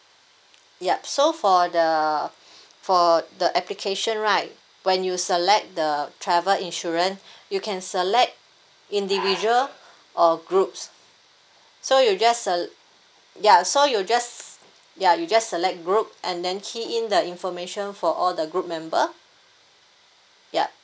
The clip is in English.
yup so for the for the application right when you select the travel insurance you can select individual or groups so you just se~ ya so you just ya you just select group and then key in the information for all the group member yup